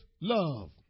love